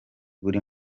buri